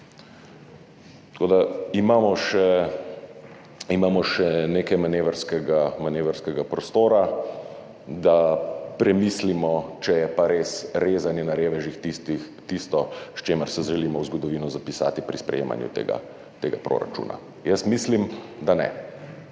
Tako da imamo še nekaj manevrskega prostora, da premislimo, če je res rezanje na revežih tisto, s čimer se želimo v zgodovino zapisati pri sprejemanju tega proračuna. Jaz mislim, da ne.